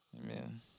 amen